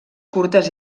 curtes